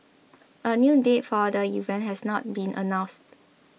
a new date for the event has not been announced